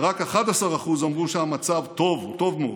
ורק 11% אמרו שהמצב טוב או טוב מאוד.